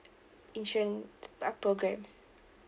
insurance uh programmes